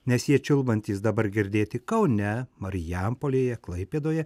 nes jie čiulbantys dabar girdėti kaune marijampolėje klaipėdoje